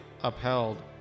upheld